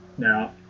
Now